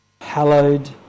hallowed